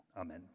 Amen